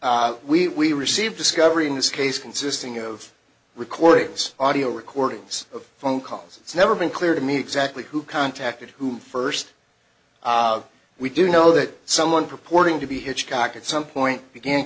honor we received discovery in this case consisting of recordings audio recordings of phone calls it's never been clear to me exactly who contacted whom first we do know that someone purporting to be hitchcock at some point